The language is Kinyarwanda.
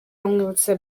amwibutsa